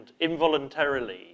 involuntarily